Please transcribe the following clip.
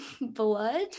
blood